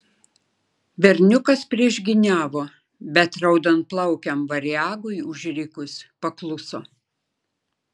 berniukas priešgyniavo bet raudonplaukiam variagui užrikus pakluso